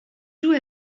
joue